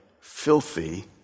filthy